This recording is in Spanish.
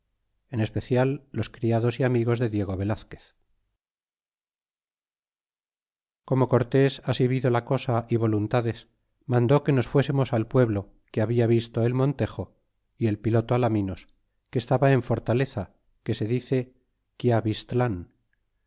en especial los criados y amigos de diego velazquez y como cortés asi vido la cosa y voluntades mandó que nos fuésemos al pueblo que habla visto el montejo y el piloto alaminos que estaba en fortaleza que se dice